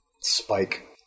Spike